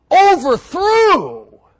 overthrew